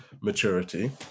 maturity